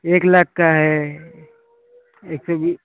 एक लाख का है एक सौ बीस